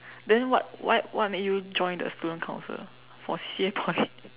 then what why what made you join the student council for C_C_A point